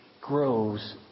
grows